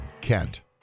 Kent